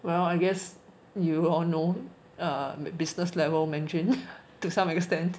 well I guess you all know err business level mandarin to some extent